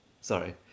Sorry